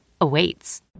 awaits